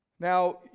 Now